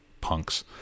punks